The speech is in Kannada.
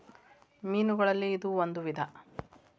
ಮೇನುಗಳಲ್ಲಿ ಇದು ಒಂದ ವಿಧಾ